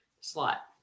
slot